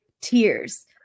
tears